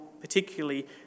particularly